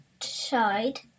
side